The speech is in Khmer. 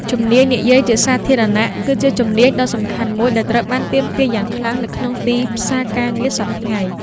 ជំនាញនិយាយជាសាធារណៈគឺជាជំនាញដ៏សំខាន់មួយដែលត្រូវបានទាមទារយ៉ាងខ្លាំងនៅក្នុងទីផ្សារការងារសព្វថ្ងៃ។